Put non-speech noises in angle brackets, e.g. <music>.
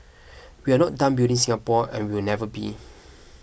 <noise> we are not done building Singapore and we will never be